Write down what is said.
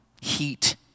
heat